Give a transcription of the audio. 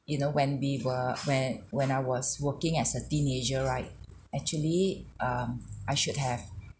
you know when we were when when I was working as a teenager right actually um I should have